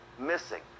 missing